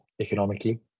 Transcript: economically